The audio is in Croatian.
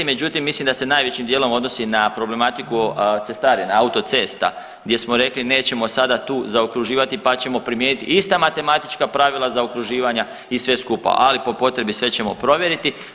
Međutim mislim da se najvećim dijelom odnosi na problematiku cestarina, autocesta gdje smo rekli nećemo sada tu zaokruživati, pa ćemo primijenit ista matematička pravila zaokruživanja i sve skupa, ali po potrebi sve ćemo provjeriti.